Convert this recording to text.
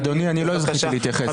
אדוני, אני לא זכיתי להתייחס אתמול.